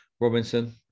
Robinson